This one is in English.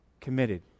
committed